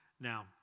Now